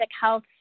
health